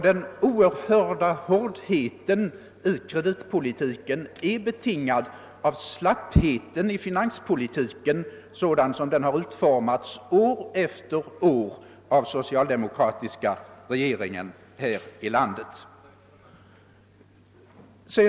Den oerhörda hårdheten i kreditpolitiken är betingad av slappheten i finanspolitiken, sådan som den har utformats år efter år av den socialdemokratiska regeringen här i landet.